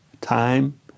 time